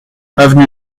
avenue